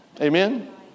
Amen